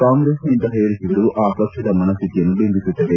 ಕಾಂಗ್ರೆಸ್ನ ಇಂತಹ ಹೇಳಿಕೆಗಳು ಆ ಪಕ್ಷದ ಮನಸ್ಹಿತಿಯನ್ನು ಬಿಂಬಿಸುತ್ತದೆ